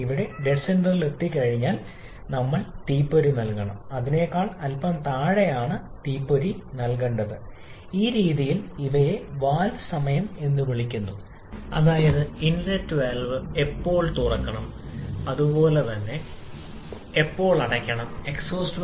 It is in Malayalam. എന്നാൽ സൈദ്ധാന്തികമായി ഇത് കൃത്യമായി പറഞ്ഞാൽ ഈ അളവിലുള്ള വായു പൂർണ്ണമായ ജ്വലനം ഉറപ്പാക്കണം മീഥെയ്ന്റെയും ഉൽപ്പന്നത്തിലും നമുക്ക് കാർബൺ ഡൈ ഓക്സൈഡും ജലബാഷ്പവും മാത്രമേ ഉണ്ടാകൂ ഇല്ല മീഥെയ്ൻ ഉപേക്ഷിച്ചു ഇടയ്ക്കിടെയുള്ള ഒരു കാർബൺ മോണോക്സൈഡ് ഇല്ല